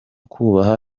kubaha